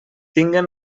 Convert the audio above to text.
tinguen